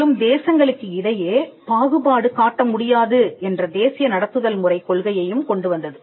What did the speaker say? மேலும் தேசங்களுக்கு இடையே பாகுபாடு காட்ட முடியாது என்ற தேசிய நடத்துதல் முறை கொள்கையையும் கொண்டு வந்தது